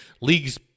leagues